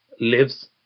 lives